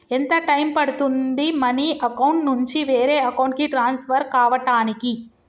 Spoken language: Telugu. ఎంత టైం పడుతుంది మనీ అకౌంట్ నుంచి వేరే అకౌంట్ కి ట్రాన్స్ఫర్ కావటానికి?